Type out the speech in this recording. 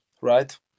right